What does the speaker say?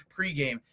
pregame